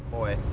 boy,